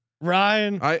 Ryan